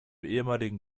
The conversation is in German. ehemaligen